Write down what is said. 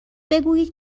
بگویید